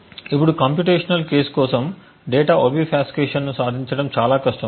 ఇప్పుడు computational case కోసం data ఒబిఫాస్కేషన్ను సాధించడం చాలా కష్టం